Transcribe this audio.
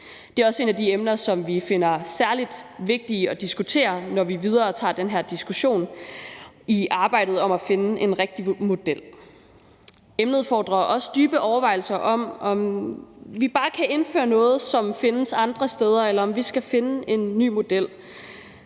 Det er også et af de emner, som vi finder særlig vigtige at diskutere, når vi tager den her diskussion med videre i arbejdet med at finde en rigtig model. Emnet fordrer også dybe overvejelser om, om vi bare kan indføre noget, som findes andre steder, eller om vi skal finde en ny model,